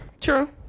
True